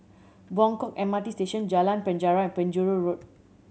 Buangkok M R T Station Jalan Penjara Penjuru Road